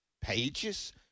pages